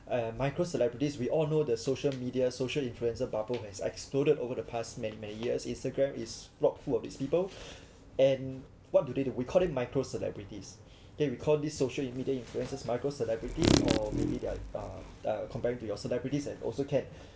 uh micro celebrities we all know the social media social influenza bubble has exploded over the past many many years Instagram is a lot full of these people and what do they do we call them micro celebrities then we call these social media influencers micro celebrity or maybe they are uh comparing to your celebrities and also can